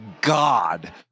God